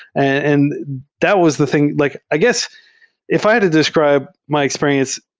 and that was the thing like i guess if i had to describe my experience,